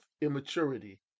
immaturity